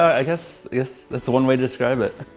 i guess guess that's one way to describe it.